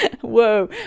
whoa